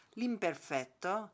l'imperfetto